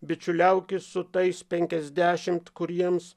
bičiuliaukis su tais penkiasdešimt kuriems